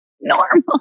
normal